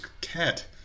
cat